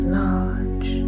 large